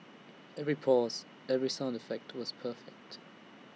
every pause every sound effect was perfect